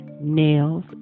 nails